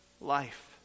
life